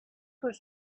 was